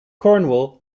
cornwall